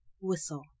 whistle